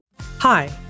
Hi